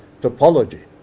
topology